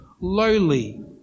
lowly